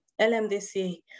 LMDC